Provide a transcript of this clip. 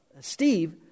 Steve